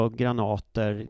granater